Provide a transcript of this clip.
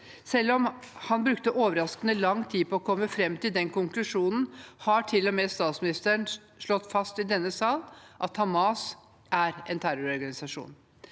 Selv om han brukte overraskende lang tid på å komme fram til den konklusjonen, har til og med statsministeren slått fast i denne sal at Hamas er en terrororganisasjon.